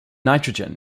nitrogen